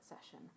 session